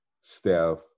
Steph